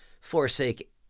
Forsake